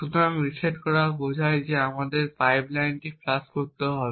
সুতরাং রিসেট করা বোঝায় যে আমাদের পাইপলাইনটি ফ্লাশ করতে হবে